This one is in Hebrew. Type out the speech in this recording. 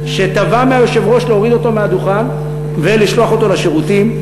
שתבע מהיושב-ראש להוריד אותו מהדוכן ולשלוח אותו לשירותים.